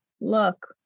look